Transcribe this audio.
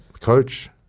coach